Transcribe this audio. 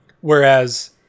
whereas